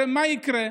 הרי מה יקרה?